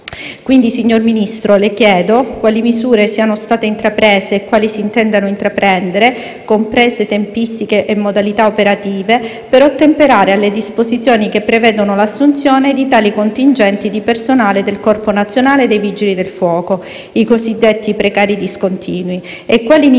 Quindi, signor Ministro, le chiedo quali misure siano state intraprese e quali si intendano intraprendere, comprese tempistiche e modalità operative, per ottemperare alle disposizioni che prevedono l'assunzione di tali contingenti di personale nel Corpo nazionale dei vigili del fuoco, i cosiddetti precari discontinui, e quali iniziative